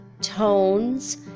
tones